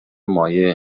مایع